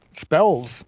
spells